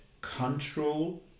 control